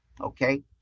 Okay